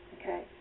Okay